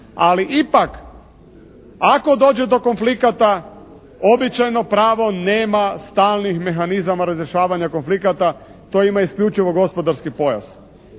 ali ipak ako dođe do konflikata običajno pravo nema stalnih mehanizama razrješavanja konflikata. To ima isključivo gospodarski pojas.